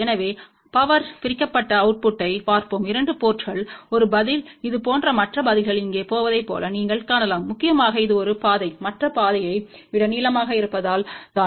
எனவே பவர் பிரிக்கப்பட்ட அவுட்புட்டைப் பார்ப்போம் 2 போர்ட்ங்கள் ஒரு பதில் இதுபோன்ற மற்ற பதில்கள் இங்கே போவதைப் போல நீங்கள் காணலாம் முக்கியமாக இது ஒரு பாதை மற்ற பாதையை விட நீளமாக இருப்பதால் தான்